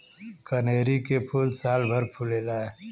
कनेरी के फूल सालभर फुलेला